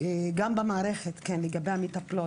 גם במערכת לגבי המטפלות,